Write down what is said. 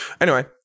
Anyway-